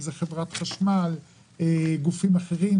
אם זה חברת חשמל וגופים אחרים,